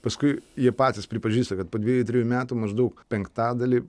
paskui jie patys pripažįsta kad po dviejų trijų metų maždaug penktadalį